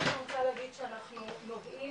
אני רוצה להגיד שאנחנו נוגעים